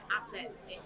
assets